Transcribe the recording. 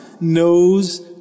knows